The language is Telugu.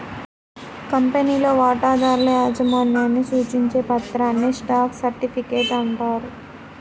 కంపెనీలో వాటాదారుల యాజమాన్యాన్ని సూచించే పత్రాన్నే స్టాక్ సర్టిఫికేట్ అంటారు